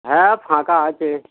হ্যাঁ ফাঁকা আছে